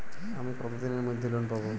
আমি কতদিনের মধ্যে লোন পাব?